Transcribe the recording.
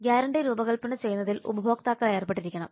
guarantee രൂപകൽപ്പന ചെയ്യുന്നതിൽ ഉപഭോക്താക്കൾ ഏർപ്പെട്ടിരിക്കണം